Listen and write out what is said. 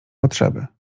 potrzeby